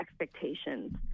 expectations